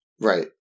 Right